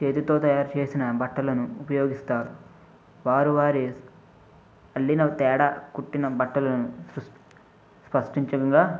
చేతితో తయారుచేసిన బట్టలను ఉపయోగిస్తారు వారు వారి అల్లిన తేడా కుట్టిన బట్టలను సృష్టించంగా